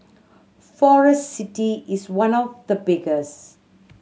Forest City is one of the biggest